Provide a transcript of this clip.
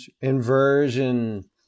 inversion